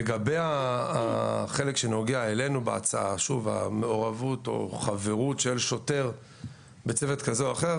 לגבי החלק שנוגע אלינו בהצעה החברות של שוטר בצוות כזה או אחר